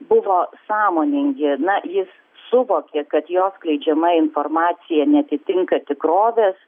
buvo sąmoningi na jis suvokė kad jo skleidžiama informacija neatitinka tikrovės